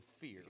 fear